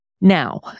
Now